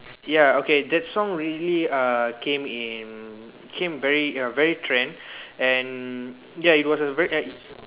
ya okay that song really uh came in came err very very trend and ya it was a very